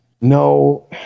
No